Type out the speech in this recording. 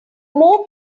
more